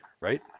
right